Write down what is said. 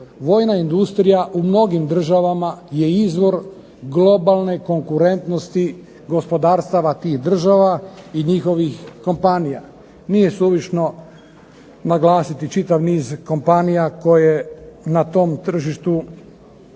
vojna industrija u mnogim državama je izvor globalne konkurentnosti gospodarstava tih država i njihovih kompanija. Nije suvišno naglasiti čitav niz kompanija koje na tom području